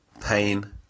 Pain